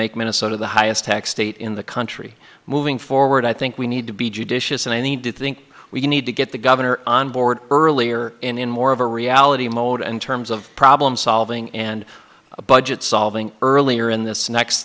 make minnesota the highest tax state in the country moving forward i think we need to be judicious and i need to think we need to get the governor on board earlier in more of a reality mode and terms of problem solving and a budget solving earlier in this next